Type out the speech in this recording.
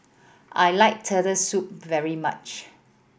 I like Turtle Soup very much